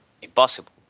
Impossible